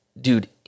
dude